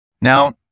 Now